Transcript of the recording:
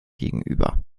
gegenüber